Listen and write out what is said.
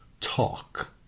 talk